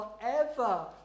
forever